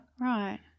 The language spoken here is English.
Right